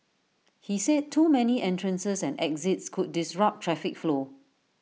he said too many entrances and exits could disrupt traffic flow